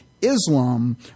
Islam